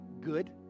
good